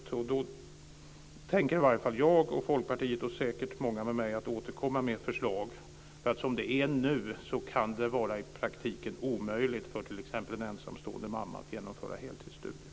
Det förstår jag efter att ha lyssnat på utbildningsministerns svar. I varje fall jag och Folkpartiet, och säkert många med mig, tänker återkomma med förslag. Som det är nu kan det vara i praktiken omöjligt för t.ex. en ensamstående mamma att genomföra heltidsstudier.